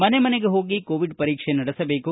ಮನೆ ಮನೆಗೆ ಹೋಗಿ ಕೋವಿಡ್ ಪರೀಕ್ಷೆಗಳನ್ನು ನಡೆಸಬೇಕು